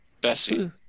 Bessie